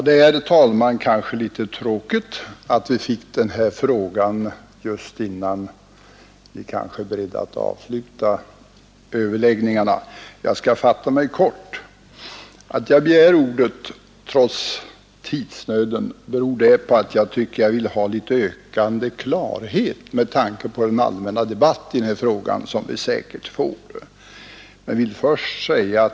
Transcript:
Herr talman! Det är kanske litet tråkigt att vi fick upp den här frågan strax innan vi är beredda att avsluta överläggningarna. Jag skall därför fatta mig kort. Att jag trots tidsnöden begär ordet beror på att jag skulle vilja ha ökad klarhet i ämnet med tanke på den allmänna debatt som vi säkert kommer att få.